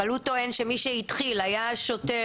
אבל הוא טוען שמי שהתחיל היה השוטר,